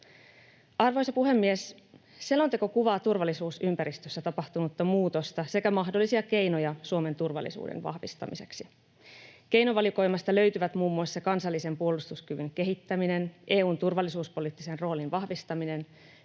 Arvoisa puhemies! Selonteko kuvaa turvallisuusympäristössä tapahtunutta muutosta sekä mahdollisia keinoja Suomen turvallisuuden vahvistamiseksi. Keinovalikoimasta löytyvät muun muassa: kansallisen puolustuskyvyn kehittäminen, EU:n turvallisuuspoliittisen roolin vahvistaminen,